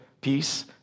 peace